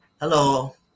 Hello